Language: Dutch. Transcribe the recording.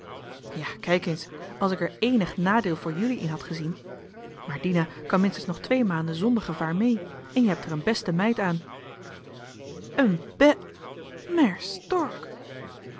ja kijk eens als ik er éénig nadeel voor jullie in had gezien maar dina kan minstens nog twee maanden zonder gevaar mee en je hebt er een beste meid aan een bè maer stork